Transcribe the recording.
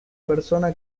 persona